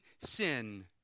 sin